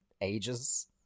ages